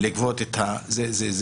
לגבות את זה.